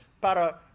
para